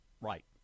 Right